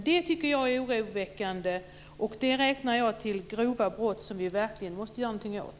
Det tycker jag är oroväckande, och det räknar jag till grova brott som vi verkligen måste göra någonting åt.